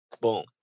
Boom